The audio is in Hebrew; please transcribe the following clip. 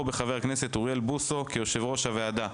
בחבר הכנסת אוריאל בוסו כיושב-ראש הוועדה.